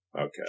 Okay